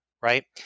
right